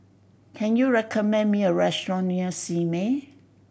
can you recommend me a restaurant near Simei